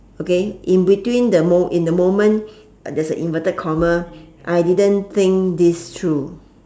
okay in between the mo~ in the moment there's a inverted comma I didn't think this through